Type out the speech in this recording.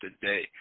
today